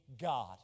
God